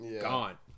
gone